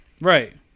Right